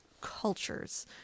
cultures